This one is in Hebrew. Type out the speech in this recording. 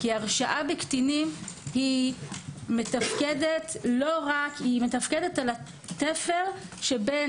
כי הרשעה בקטינים מתפקדת על התפר שבין